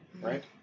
right